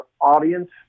audience